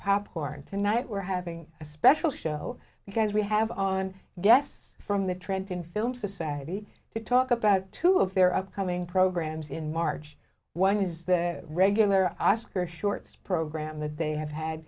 popcorn tonight we're having a special show because we have on guests from the trenton film society to talk about two of their upcoming programs in march one is the regular oscar shorts program that they have had